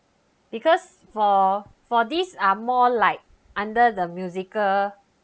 because for for these are more like under the musical